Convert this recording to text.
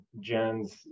Jen's